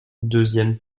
deuxième